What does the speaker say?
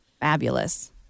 Fabulous